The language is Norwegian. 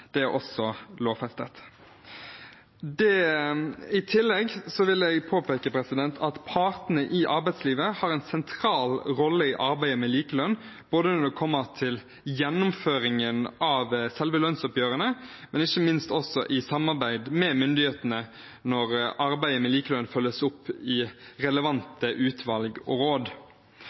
er også lovfestet. I tillegg vil jeg påpeke at partene i arbeidslivet har en sentral rolle i arbeidet med likelønn, både når det gjelder gjennomføringen av selve lønnsoppgjørene, og ikke minst i samarbeid med myndighetene når arbeidet med likelønn følges opp i relevante utvalg og råd.